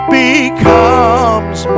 becomes